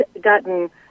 gotten